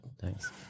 Thanks